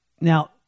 Now